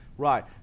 Right